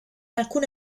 alcune